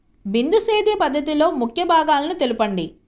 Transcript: బిందు సేద్య పద్ధతిలో ముఖ్య భాగాలను తెలుపండి?